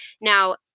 Now